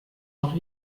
noch